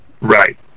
Right